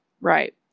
Right